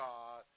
God